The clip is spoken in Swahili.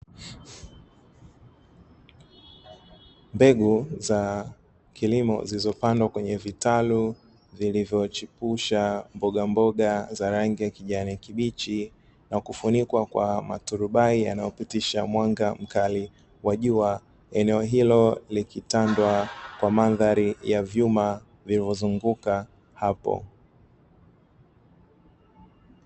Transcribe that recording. Mbegu za kilimo zilizopandwa kwenye vitaru, vilivyochipusha mbogamboga za rangi ya kijani kibichi, na kufunikwa kwa maturubai yanayopitisha mwanga mkali wa jua, eneo hilo likitandwa kwa mandhari ya vyuma, vilivyozunguka hapo.